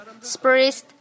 spirit